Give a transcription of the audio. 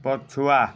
ପଛୁଆ